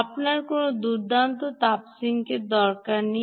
আপনার কোনও দুর্দান্ত তাপ সিঙ্কের দরকার নেই